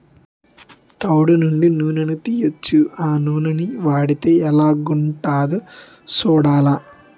తవుడు నుండి నూనని తీయొచ్చు ఆ నూనని వాడితే ఎలాగుంటదో సూడాల